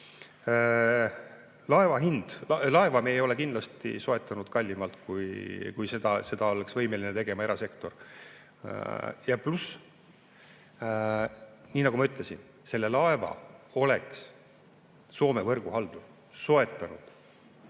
laeva me ei ole kindlasti soetanud kallimalt, kui seda oleks võimeline tegema erasektor. Ja nii nagu ma ütlesin, selle laeva oleks Soome võrguhaldur soetanud